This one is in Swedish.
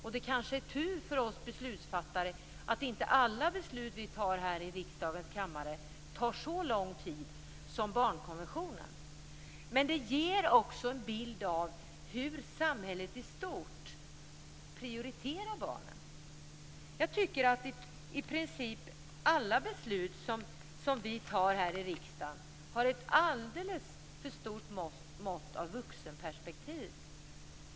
Det är kanske tur för oss beslutsfattare att inte alla beslut vi fattar i riksdagens kammare tar så lång tid att införa som barnkonventionen. Men det ger en bild av hur samhället i stort prioriterar barnen. Jag tycker att i princip alla beslut vi fattar i riksdagen har ett alldeles för stort mått av vuxenperspektiv.